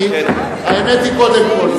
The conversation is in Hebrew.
כי האמת היא קודם כול.